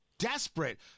desperate